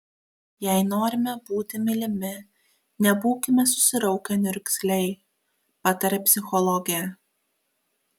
jei norime būti mylimi nebūkime susiraukę niurgzliai pataria psichologė